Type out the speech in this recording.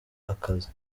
akazi